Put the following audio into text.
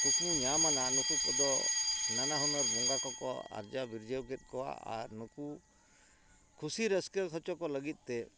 ᱠᱩᱠᱢᱩ ᱧᱟᱢᱟᱱᱟ ᱱᱩᱠᱩ ᱠᱚᱫᱚ ᱱᱟᱱᱟ ᱦᱩᱱᱟᱹᱨ ᱵᱚᱸᱜᱟ ᱠᱚᱠᱚ ᱟᱨᱡᱟᱣ ᱵᱤᱨᱡᱟᱹᱣ ᱠᱮᱫ ᱠᱚᱣᱟ ᱟᱨ ᱱᱩᱠᱩ ᱠᱷᱩᱥᱤ ᱨᱟᱹᱥᱠᱟᱹ ᱦᱚᱪᱚ ᱠᱚ ᱞᱟᱹᱜᱤᱫ ᱛᱮ